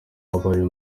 wabaye